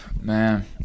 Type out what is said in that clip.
Man